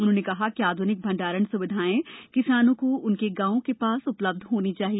उन्होंने कहा कि आध्निक भंडारण सुविधाएं किसानों को उनके गांवों के पास उपलब्ध होनी चाहिए